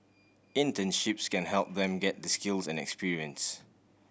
internships can help them get the skills and experience